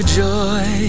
joy